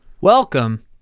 welcome